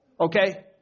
okay